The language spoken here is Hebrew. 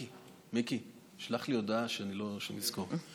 מיקי, שלח לי הודעה שאני אזכור.